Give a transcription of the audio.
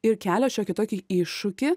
ir kelia šiokį tokį iššūkį